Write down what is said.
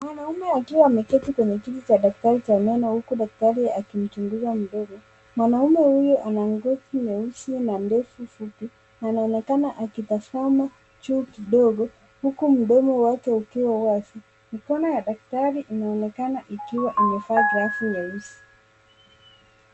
Mwanaume akiwa ameketi kwenye kiti cha daktari cha meno huku daktari akimchunguza mdomo. Mwanaume huyu ana ngozi nyeusi na ndevu fupi , na anaonekana akitazama juu kidogo huku mdomo wake ukiwa wazi. Mikono ya daktari inaonekana ikiwa imevaa glavu nyeusi.